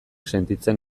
sentitzen